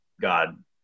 God